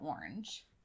orange